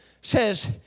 says